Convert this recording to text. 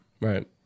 Right